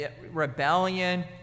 Rebellion